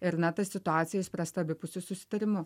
ir na ta situacija išspręsta abipusiu susitarimu